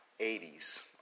80s